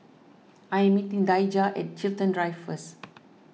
I am meeting Daijah at Chiltern Drive first